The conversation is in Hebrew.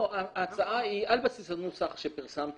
הגענו